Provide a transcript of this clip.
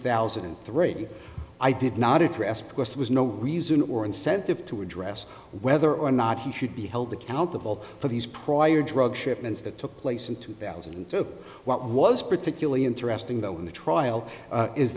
thousand and three i did not address because it was no reason or incentive to address whether or not he should be held accountable for these prior drug shipments that took place in two thousand and two what was particularly interesting though in the trial is